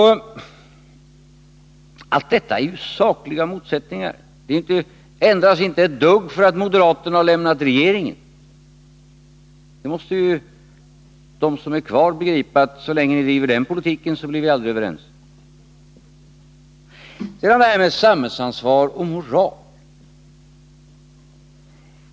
Allt detta är ju sakliga motsättningar. Ingenting ändras ett dugg bara därför att moderaterna har lämnat regeringen. De som är kvar måste ju begripa att vi aldrig blir överens så länge den politiken bedrivs. Sedan har vi det här med samhällsansvar och moral.